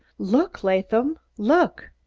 look, laadham, look!